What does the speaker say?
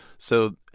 so,